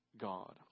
God